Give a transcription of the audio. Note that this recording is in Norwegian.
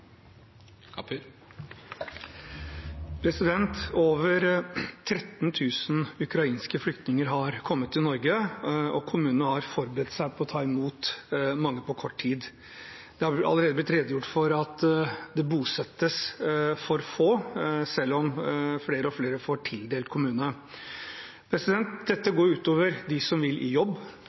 oppfølgingsspørsmål. Over 13 000 ukrainske flyktninger har kommet til Norge, og kommunene har forberedt seg på å ta imot mange på kort tid. Det har allerede blitt redegjort for at det bosettes for få, selv om flere og flere får tildelt en kommune. Dette går ut over dem som vil i jobb,